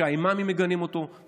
שהאימאמים מגנים אותו,